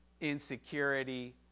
insecurity